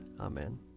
Amen